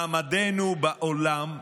מעמדנו בעולם,